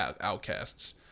outcasts